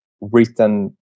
written